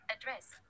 address